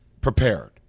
prepared